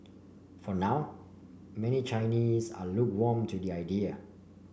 for now many Chinese are lukewarm to the idea